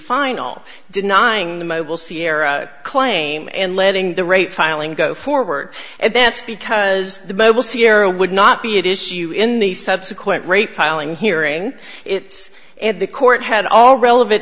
final denying the mobile sierra claim and letting the rate filing go forward and that's because the mobile sierra would not be at issue in the subsequent rate filing hearing it's and the court had all relevant